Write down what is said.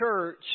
church